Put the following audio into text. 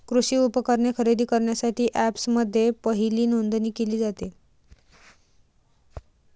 कृषी उपकरणे खरेदी करण्यासाठी अँपप्समध्ये पहिली नोंदणी केली जाते